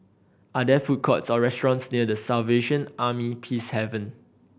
are there food courts or restaurants near The Salvation Army Peacehaven